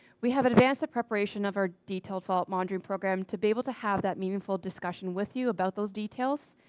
we have advanced that preparation of our detailed fault monitoring program to be able to have that meaningful discussion with you about those details,